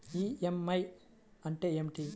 EMI అంటే ఏమిటి?